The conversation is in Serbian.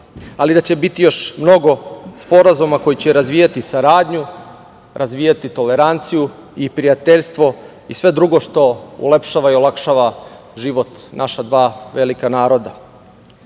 ali da će biti još mnogo sporazuma koji će razvijati saradnju, razvijati toleranciju i prijateljstvo i sve drugo što ulepšava i olakšava život naša dva velika naroda. Uvaženi